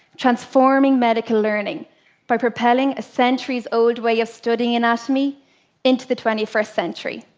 transforming medical learning by propelling a century's old way of studying anatomy into the twenty first century.